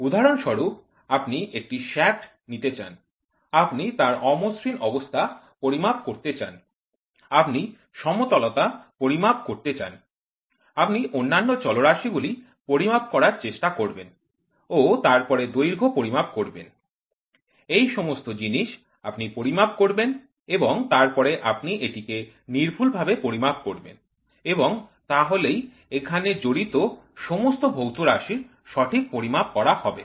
উদাহরণস্বরূপ আপনি একটি শ্যাফ্ট নিতে চান আপনি তার অমসৃণ অবস্থা পরিমাপ করতে চান আপনি সমতলতা পরিমাপ করতে চান আপনি অন্যান্য চলরাশি গুলি পরিমাপ করার চেষ্টা করবেন ও তারপরে দৈর্ঘ্য পরিমাপ করবেন এই সমস্ত জিনিস আপনি পরিমাপ করবেন এবং তারপরে আপনি এটিকে নির্ভুলভাবে পরিমাপ করবেন এবং তাহলেই এখানে জড়িত সমস্ত ভৌত রাশির সঠিক পরিমাপ করা হবে